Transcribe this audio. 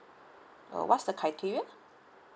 uh what's the criteria